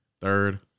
third